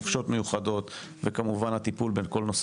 חופשות מיוחדות וכמובן הטיפול בין כל נושא